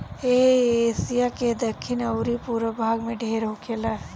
इ एशिया के दखिन अउरी पूरब भाग में ढेर होखेला